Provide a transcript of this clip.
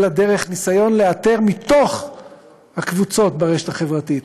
אלא דרך ניסיון לאתר מתוך הקבוצות ברשת החברתית,